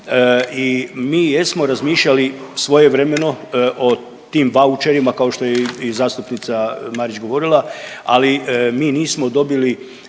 I mi jesmo razmišljali svojevremeno o tim vaučerima kao što je i zastupnica Marić govorila, ali mi nismo dobili,